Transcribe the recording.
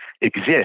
exist